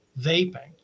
vaping